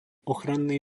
ochranný